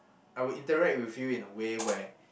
I will interact with you in a way where